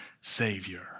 Savior